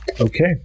Okay